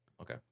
Okay